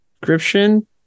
description